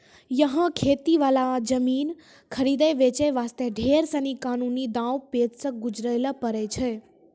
यहाँ खेती वाला जमीन खरीदै बेचे वास्ते ढेर सीनी कानूनी दांव पेंच सॅ गुजरै ल पड़ै छै